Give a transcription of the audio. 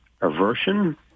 aversion